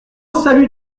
salut